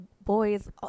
boys